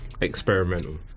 Experimental